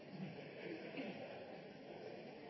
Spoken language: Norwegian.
Jeg vil